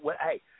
hey